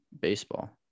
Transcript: baseball